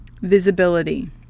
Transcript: visibility